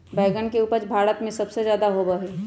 बैंगन के उपज भारत में सबसे ज्यादा होबा हई